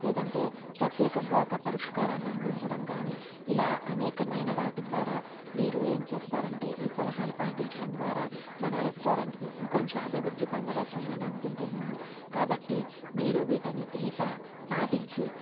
లేదంటే ప్రత్యేకంగా ఒక పరిష్కారాన్ని అందించడం కానీ ఇలా అనేకమైన వాటి ద్వారా మీరు ఏమి చేస్తారంటే ఈ సలహాను పాటించడం ద్వారా మన రెస్టారెంట్ని ఇంకొంచెం అభివృద్ధి పొందవచ్చని నేను అనుకుంటున్నాను కాబట్టి మీరు వీటన్నిటిని పా పాటించి